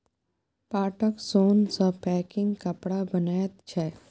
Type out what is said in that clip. पाटक सोन सँ पैकिंग कपड़ा बनैत छै